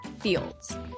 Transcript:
Fields